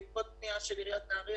בעקבות פנייה של עיריית נהריה,